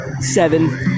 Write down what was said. Seven